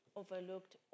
overlooked